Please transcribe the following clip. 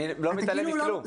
אני לא מתעלם מכלום.